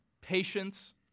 patience